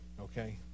okay